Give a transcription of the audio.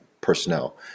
personnel